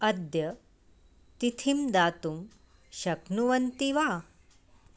अद्य तिथिं दातुं शक्नुवन्ति वा